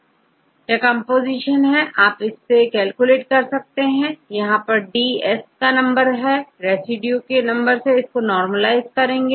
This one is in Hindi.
छात्र कंपोजीशन यह कंपोजीशन है आप इसे कैलकुलेट कर सकते हैं आप यहां D s का नंबर लेंगे और रेसिड्यू के नंबर से नॉर्मलआईज़ करेंगे